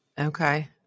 Okay